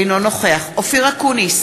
אינו נוכח אופיר אקוניס,